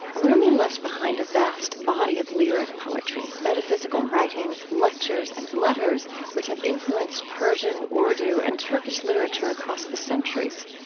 rumi left behind a vast body of lyric poetry, metaphysical writings, lectures, and letters, which have influenced persian, urdu, and turkish literature across the centuries.